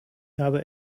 habe